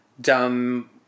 dumb